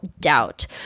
doubt